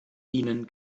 ihnen